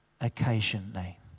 occasionally